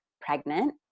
pregnant